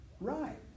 Right